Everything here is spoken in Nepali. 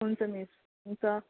हुन्छ मिस हुन्छ